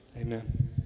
Amen